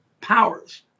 powers